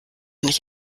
nicht